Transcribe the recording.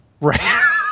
Right